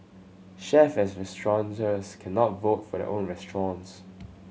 chef and restaurateurs cannot vote for the own restaurants